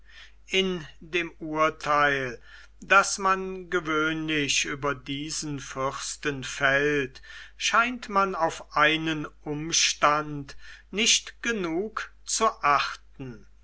in dem urtheil das man gewöhnlich über diesen fürsten fällt scheint man auf einen umstand nicht genug zu achten